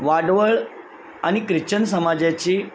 वाडवळ आणि क्रिच्चन समाजाची